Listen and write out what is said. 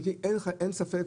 נוסף,